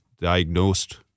diagnosed